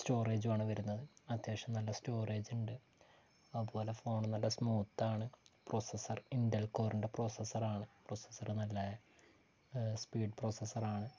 സ്റ്റോറേജുമാണ് വരുന്നത് അത്യാവശ്യം നല്ല സ്റ്റോറേജുണ്ട് അത്പോലെ ഫോൺ നല്ല സ്മൂത്താണ് പ്രോസസ്സർ ഇൻ്റെൽ കോറിൻ്റെ പ്രോസസ്സർ ആണ് പ്രോസസ്സർ നല്ല സ്പീഡ് പ്രോസസ്സർ ആണ്